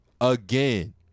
again